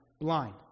blind